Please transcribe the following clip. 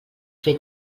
fer